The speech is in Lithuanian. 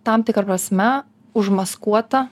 tam prasme užmaskuota